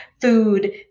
Food